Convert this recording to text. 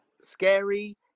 scary